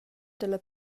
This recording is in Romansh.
dalla